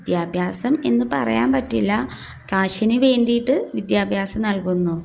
വിദ്യാഭ്യാസം എന്നു പറയാൻ പറ്റില്ല കാശിനു വേണ്ടിയിട്ട് വിദ്യാഭ്യാസം നൽകുന്നു